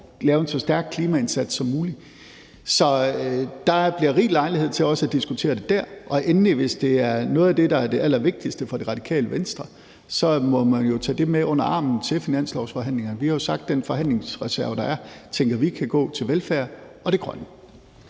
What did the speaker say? lave en så stærk klimaindsats som muligt. Så der bliver rig lejlighed til også at diskutere det dér. Endelig vil jeg sige, at hvis det er noget af det, der er det allervigtigste for Radikale Venstre, må man jo tage det med under armen til finanslovsforhandlingerne. Vi har jo sagt, at den forhandlingsreserve, der er, tænker vi kan gå til velfærd og det grønne.